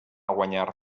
guanyar